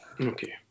Okay